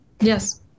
Yes